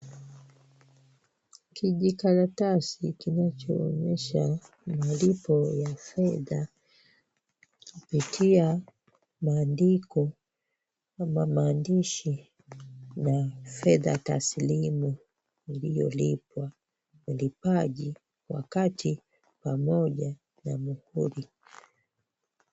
Kijikaratasi kinachoonyesha malipo ya fedha kupitia maandiko ama maandishi na fedha tasilimu iliyolipwa, mlipaji wakati pamoja na muhuri.